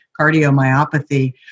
cardiomyopathy